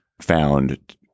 found